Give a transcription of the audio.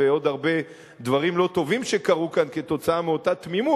ועוד הרבה דברים לא טובים שקרו כאן כתוצאה מאותה תמימות,